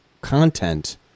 content